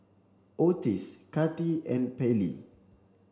Ottis Kati and Pallie